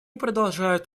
продолжают